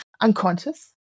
unconscious